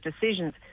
decisions